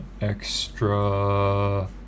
extra